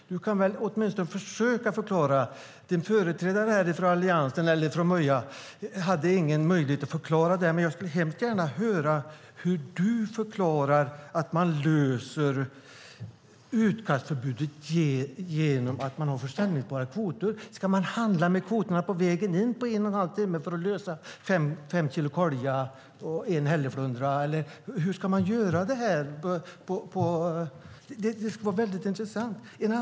Du kan väl åtminstone försöka förklara. Företrädaren från Möja hade ingen möjlighet att förklara det, men jag skulle gärna höra hur du förklarar att man löser utkastförbudet genom att man har säljbara kvoter. Ska man handla med kvoterna på vägen in, på en och en halv timme, för att lösa fem kilo kolja och en hälleflundra? Eller hur ska man göra? Det skulle vara väldigt intressant att höra.